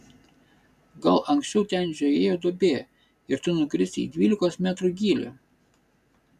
gal anksčiau ten žiojėjo duobė ir tu nukrisi į dvylikos metrų gylį